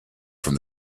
from